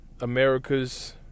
America's